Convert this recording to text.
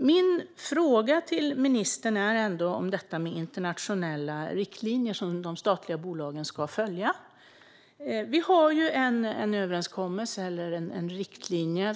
Min fråga till ministern handlar om detta med internationella riktlinjer som de statliga bolagen ska följa. Det finns en överenskommelse, en riktlinje,